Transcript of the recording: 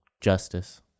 justice